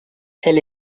elle